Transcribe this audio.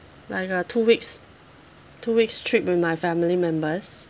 like a two weeks two weeks trip with my family members